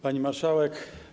Pani Marszałek!